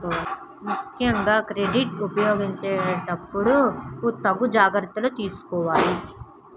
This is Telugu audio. ముక్కెంగా క్రెడిట్ ఉపయోగించేటప్పుడు తగు జాగర్తలు తీసుకోవాలి